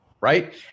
right